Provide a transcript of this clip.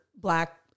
Black